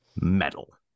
metal